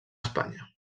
espanya